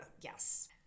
Yes